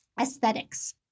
aesthetics